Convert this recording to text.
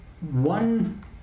one